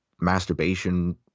masturbation